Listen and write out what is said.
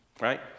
right